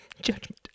judgment